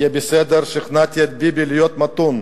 יהיה בסדר, שכנעתי את ביבי להיות מתון.